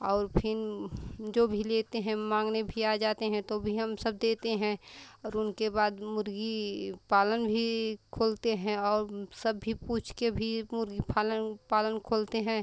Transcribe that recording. और फिर जो भी लेते हैं माँगने भी आ जाते हैं तो भी हम सब देते हैं और उनके बाद मुर्ग़ी ई पालन भी खोलते हैं और सब भी पूछ के भी मुर्ग़ी पालन पालन खोलते हैं